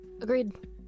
Agreed